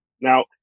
Now